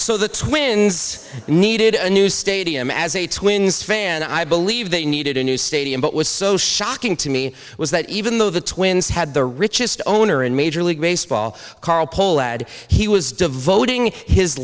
so the twins needed a new stadium as a twins fan i believe they needed a new stadium but was so shocking to me was that even though the twins had the richest owner in major league baseball carl pohlad he was devoting his